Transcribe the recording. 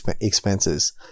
expenses